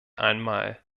einmal